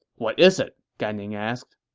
what is it? gan ning asked